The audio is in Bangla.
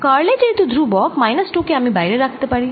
কার্ল A যেহেতু ধ্রুবক মাইনাস 2 কে আমি বাইরে রাখতে পারি